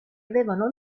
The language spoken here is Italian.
avevano